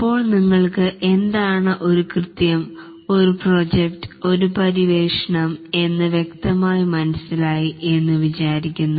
ഇപ്പോൾ നിങ്ങൾക്കു എന്താണ് ഒരു കൃത്യം ഒരു പ്രോജക്ട് ഒരു പര്യവേഷണം എന്ന് വ്യക്തമായി മനസിലായി എന്ന് വിചാരിക്കുന്നു